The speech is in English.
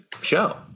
show